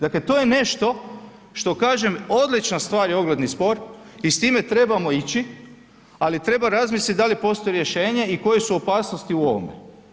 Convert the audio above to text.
Dakle, to je nešto što kažem odlična stvar je ogledni spor i s time trebamo ići ali treba razmisliti da li postoji rješenje i koje su opasnosti u ovome.